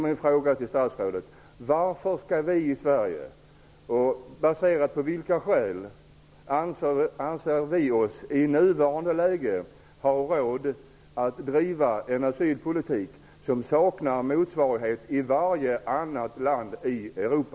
Min fråga till statsrådet är: Av vilka skäl anser vi i Sverige oss att i nuvarande läge ha råd att driva en asylpolitik som saknar motsvarighet i varje annat land i Europa?